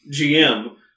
GM